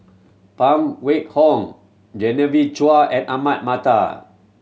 Phan Wait Hong Genevieve Chua and Ahmad Mattar